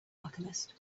alchemist